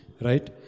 Right